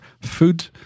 food